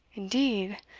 indeed?